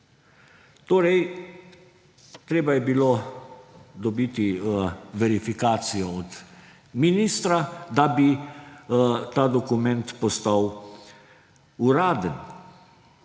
Torej, treba je bilo dobiti verifikacijo od ministra, da bi ta dokument postal uraden.